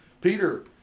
Peter